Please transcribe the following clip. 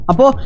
Apo